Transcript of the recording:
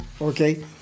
okay